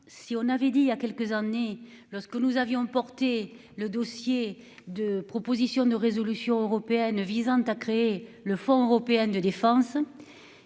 Si on avait dit il y a quelques années lorsque nous avions porté le dossier de proposition de résolution européenne visant à créer le fonds européen de défense.